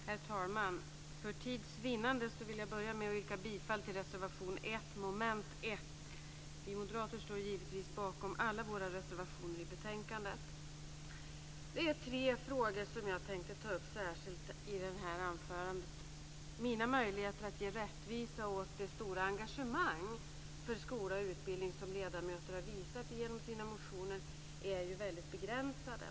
Herr talman! För tids vinnande vill jag börja med att yrka bifall till reservation nr 1 under mom. 1. Vi moderater står givetvis bakom alla våra reservationer i betänkandet. Det är tre frågor som jag tänkte ta upp i det här anförandet. Mina möjligheter att ge rättvisa åt det stora engagemang för skola och utbildning som ledamöter har visat genom sina motioner är ju väldigt begränsade.